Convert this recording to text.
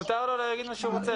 מותר לו להגיד מה שהוא רוצה.